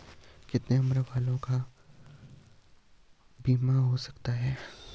कितने उम्र वालों का बीमा हो सकता है?